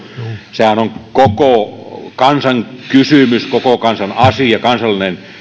sehän on koko kansan kysymys koko kansan asia kansallinen